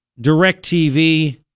DirecTV